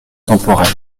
temporelle